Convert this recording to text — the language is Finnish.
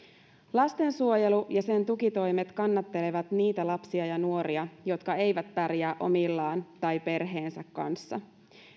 lastensuojelu ja sen tukitoimet kannattelevat niitä lapsia ja nuoria jotka eivät pärjää omillaan tai perheensä kanssa